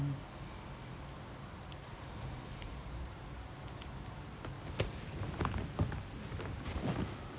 mm